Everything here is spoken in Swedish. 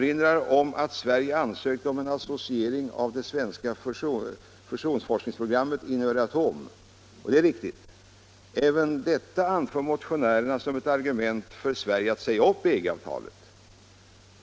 Motionärerna nämner att Sverige ansökt om associering av det svenska fusionsforskningsprogrammet inom Euratom. Det är riktigt. Även detta anför motionärerna som ett argument för Sverige att säga upp EG-avtalet.